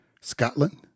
Scotland